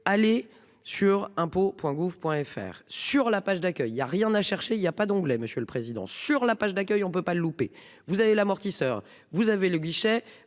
Allez sur impôts Point gouv Point FR sur la page d'accueil il y a rien à chercher il y a pas d'anglais. Monsieur le Président, sur la page d'accueil, on ne peut pas le louper. Vous avez l'amortisseur. Vous avez le guichet,